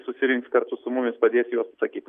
susirinks kartu su mumis padės į juos atsakyt